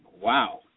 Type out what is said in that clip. wow